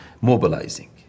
mobilizing